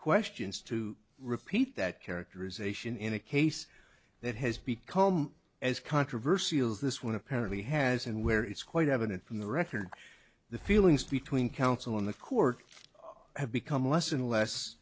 questions to repeat that characterization in a case that has become as controversial as this one apparently has and where it's quite evident from the record the feelings between counsel in the court have become less and less